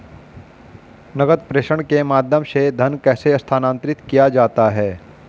नकद प्रेषण के माध्यम से धन कैसे स्थानांतरित किया जाता है?